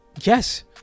yes